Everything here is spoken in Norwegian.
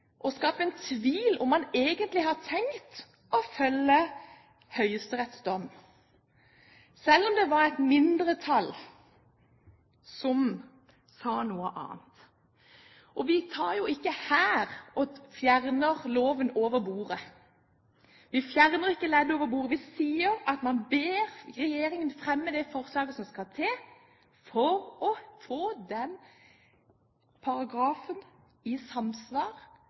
og skape tvil om hvorvidt man egentlig har tenkt å følge Høyesteretts dom, selv om det var et mindretall som sa noe annet. Vi fjerner jo ikke loven over bordet, vi fjerner ikke ledd over bordet. Vi ber regjeringen fremme det forslaget som skal til, slik at paragrafen blir i samsvar